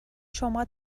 شما